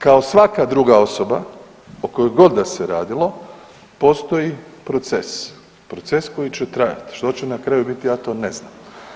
Kao svaka druga osoba o kojoj god da se radilo postoji proces, proces koji će trajati, što će na kraju biti ja to ne znam.